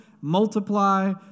multiply